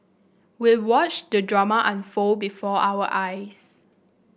we watched the drama unfold before our eyes